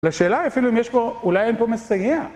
לשאלה אפילו אם יש פה, אולי אין פה מסייע.